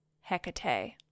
Hecate